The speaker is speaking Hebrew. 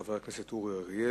של חבר הכנסת אורי אריאל: